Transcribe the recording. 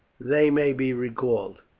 they may be recalled.